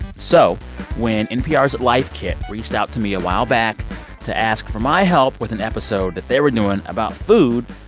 so when npr's life kit reached out to me a while back to ask for my help with an episode that they were doing about food,